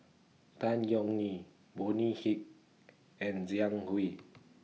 Tan Yeok Nee Bonny He and Zhang Hui